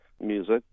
Music